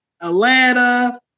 Atlanta